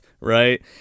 right